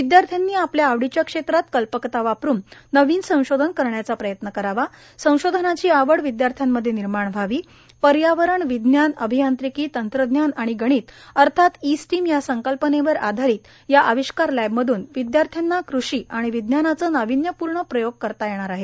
विद्यार्थ्यांनी आपल्या आवडीच्या क्षेत्रात कल्पकता वापरून नवीन संशोधन करण्याचा प्रयत्न करावा संशोधनाची आवड विदयार्थ्यामध्ये निर्माण व्हावी पर्यावरण विज्ञान अभियांत्रिकी तंत्रज्ञान आणि गणित अर्थात ई स्टीम या संकल्पनेवर आधारित या अविष्कार लॅबमधून विद्यार्थ्यांना कृषी आणि विज्ञानाचे नाविन्यपूर्ण प्रयोग करता येणार आहे